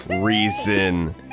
reason